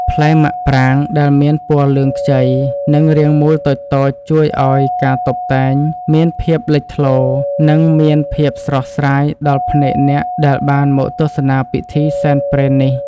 ផ្លែមាក់ប្រាងដែលមានពណ៌លឿងខ្ចីនិងរាងមូលតូចៗជួយឱ្យការតុបតែងមានភាពលេចធ្លោ និង មានភាពស្រស់ស្រាយដល់ភ្នែកអ្នកដែលបានមកទស្សនាពិធីសែនព្រេននេះ។